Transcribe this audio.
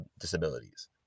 disabilities